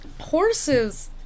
horses